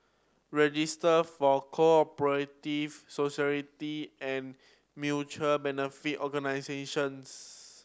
Registry for Co Operative Societies and Mutual Benefit Organisations